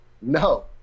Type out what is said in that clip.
No